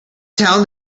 town